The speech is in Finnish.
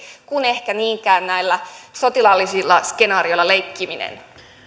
kuin ehkä niinkään näillä sotilaallisilla skenaarioilla leikkimisestä